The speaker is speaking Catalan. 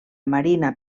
marina